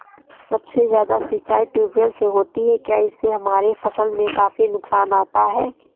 सबसे ज्यादा सिंचाई ट्यूबवेल से होती है क्या इससे हमारे फसल में काफी नुकसान आता है?